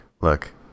look